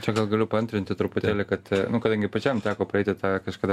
čia gal galiu paantrinti truputėlį kad nu kadangi pačiam teko praeiti tą kažkada